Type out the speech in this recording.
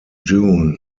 june